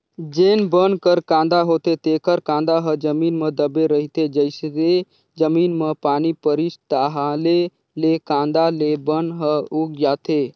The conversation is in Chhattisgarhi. जेन बन कर कांदा होथे तेखर कांदा ह जमीन म दबे रहिथे, जइसे जमीन म पानी परिस ताहाँले ले कांदा ले बन ह उग जाथे